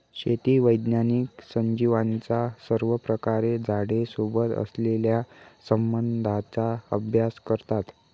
शेती वैज्ञानिक सजीवांचा सर्वप्रकारे झाडे सोबत असलेल्या संबंधाचा अभ्यास करतात